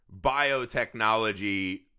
biotechnology